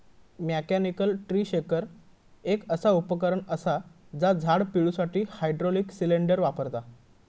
mechanical tree shaker एक असा उपकरण असा जा झाड पिळुसाठी हायड्रॉलिक सिलेंडर वापरता